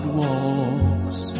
walks